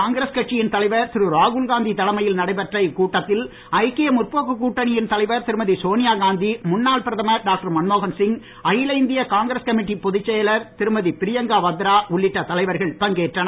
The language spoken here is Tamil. காங்கிரஸ் கட்சியின் தலைவர் திரு ராகுல்காந்தி தலைமையில் நடைபெற்ற இக்கூட்டத்தில் ஐக்கிய முற்போக்கு கூட்டணியின் தலைவர் திருமதி சோனியா காந்தி முன்னாள் பிரதமர் டாக்டர் மன்மோகன் சிங் அகில இந்திய காங்கிரஸ் கமிட்டிப் பொதுச் செயலர் திருமதி பிரியங்கா வாத்ரா உள்ளிட்ட தலைவர்கள் பங்கேற்றனர்